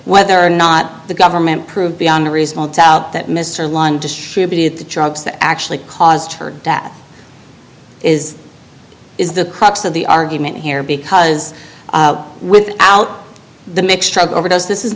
whether or not the government proved beyond a reasonable doubt that mr lyon distributed the drugs that actually caused her death is is the crux of the argument here because without the mix truck overdoes this is